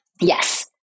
Yes